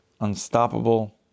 Unstoppable